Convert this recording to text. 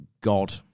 God